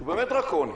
שהוא באמת דרקוני,